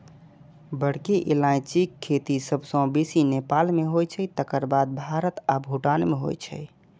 बड़की इलायचीक खेती सबसं बेसी नेपाल मे होइ छै, तकर बाद भारत आ भूटान मे होइ छै